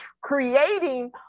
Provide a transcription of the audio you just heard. creating